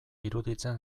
iruditzen